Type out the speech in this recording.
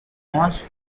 morse